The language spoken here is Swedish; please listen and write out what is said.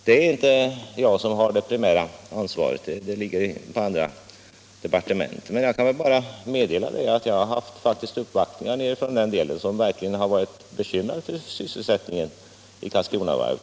Det är inte jag som har det primära ansvaret för sysselsättningen, utan det ligger på andra departement, men jag kan meddela att jag haft uppvaktningar från den del av landet där man har varit bekymrad för sysselsättningen vid Karlskronavarvet.